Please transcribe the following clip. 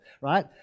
right